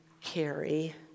carry